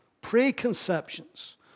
preconceptions